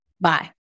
Bye